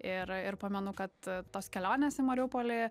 ir ir pamenu kad tos kelionės į marijampolį